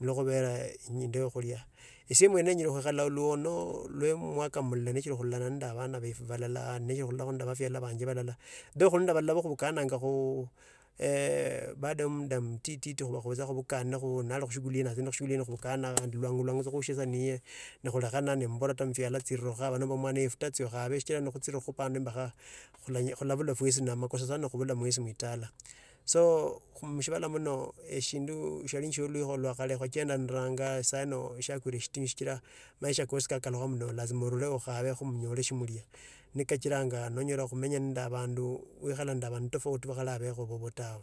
nilauokhubera nende ya khuria. Eslimu yene enyara khuikhara oluono kata mwaka mulala nishiri khuolana nanda obana birwi balala kata bafyala though khuli ninde abanda hubukananya eeeh baado muda mtiti tokhobwangu nakhuhakhana. Tsikira nekhukhuba impakha oluhono khurabula fwesi ne ni omakoso sana khubora fwesi muitala. Soo kumshiphala muno eshindu shiala shiuliwolwakhale khochenga nderananga shiala sahina shiakwa shitinyu shichira maisha kwesi orurekho okhabekho kho nyore khandu khuikhara nenda obandu obala bakho babo tawe.